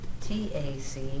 T-A-C